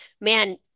man